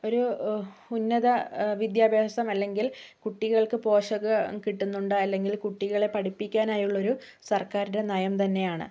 ഒരു ഉന്നത വിദ്യാഭ്യാസം അല്ലെങ്കിൽ കുട്ടികൾക്ക് പോഷകം കിട്ടുന്നുണ്ട് അല്ലെങ്കിൽ കുട്ടികളെ പഠിപ്പിക്കാനായുള്ളൊരു സർക്കാരുടെ നയം തന്നെയാണ്